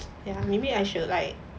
if maybe I should like